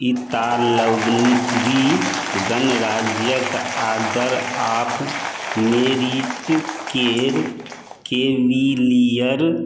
इतालवी गणराज्यक order of मेरिटकेर कैवेलियर